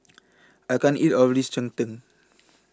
I can't eat All of This Cheng Tng